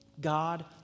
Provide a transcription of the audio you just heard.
God